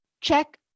Check